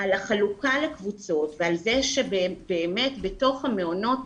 על חלוקה לקבוצות ועל זה שבתוך המעונות,